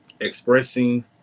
expressing